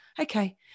okay